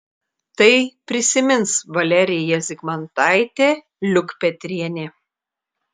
tai prisimins valerija zigmantaitė liukpetrienė